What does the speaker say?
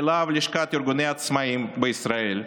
מלהב, לשכת ארגוני העצמאים בישראל,